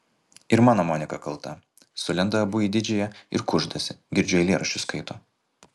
ir mano monika kalta sulenda abu į didžiąją ir kuždasi girdžiu eilėraščius skaito